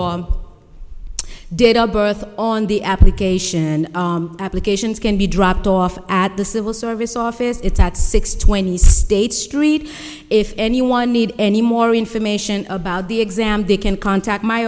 berth on the application applications can be dropped off at the civil service office it's at six twenty state street if anyone need any more information about the exam they can contact my